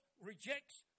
rejects